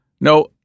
No